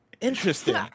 interesting